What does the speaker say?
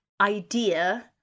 idea